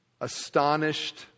astonished